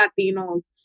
Latinos